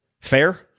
fair